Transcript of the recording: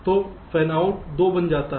तो फैनआउट 2 बन जाता है